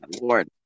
lord